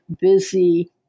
busy